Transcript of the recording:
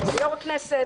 זה יו"ר הכנסת,